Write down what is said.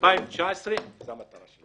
ב-2019 זו המטרה שלנו.